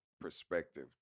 perspective